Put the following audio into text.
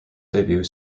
debut